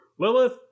Lilith